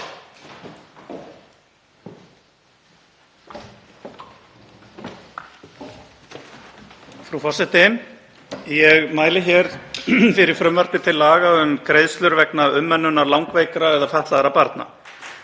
Frú forseti. Ég mæli hér fyrir frumvarpi til laga um greiðslur vegna umönnunar langveikra eða fatlaðra barna.